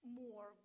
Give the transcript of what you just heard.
more